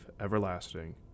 everlasting